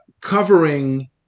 covering